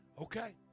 Okay